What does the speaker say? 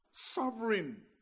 Sovereign